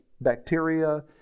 bacteria